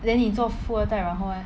then 你做富二代然后 leh